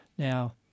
Now